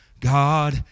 God